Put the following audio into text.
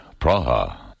Praha